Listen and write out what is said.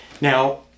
Now